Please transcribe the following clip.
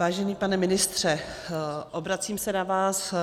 Vážený pane ministře, obracím se na vás